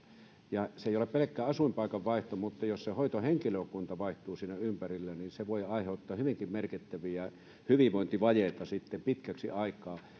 ja jos se ei ole pelkkä asuinpaikan vaihto vaan se hoitohenkilökuntakin vaihtuu siinä ympärillä niin se voi aiheuttaa hyvinkin merkittäviä hyvinvointivajeita sitten pitkäksi aikaa